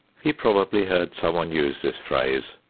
he probably heard some one use this phrase,